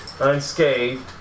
unscathed